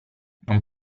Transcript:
non